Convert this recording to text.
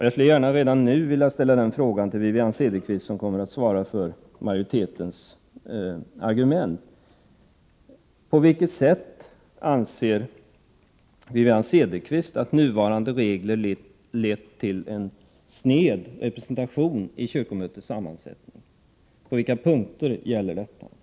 Jag skulle gärna redan nu vilja ställa den frågan till Wivi-Anne Cederqvist, som kommer att framföra majoritetens argument. På vilket sätt har, enligt Wivi-Anne Cederqvist, nuvarande regler lett till en sned representation i kyrkomötets sammansättning? Vilka punkter gäller denna kritik?